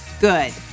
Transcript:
Good